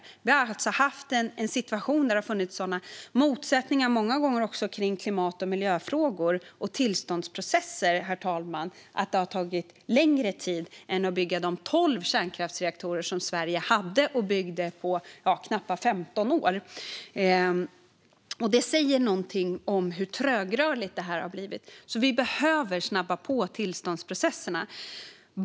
Vi har alltså haft en situation där det många gånger funnits sådana motsättningar i klimat och miljöfrågor och i tillståndsprocesser att det tagit längre tid att bygga vindkraft än att bygga de tolv kärnkraftsreaktorer som Sverige hade, vilket tog knappt 15 år. Det säger någonting om hur trögrörligt det har blivit. Vi behöver snabba på tillståndsprocesserna.